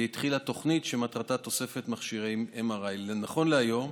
והתחילה תוכנית שמטרתה תוספת מכשירי MRI. נכון להיום,